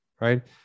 right